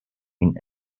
این